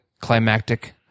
climactic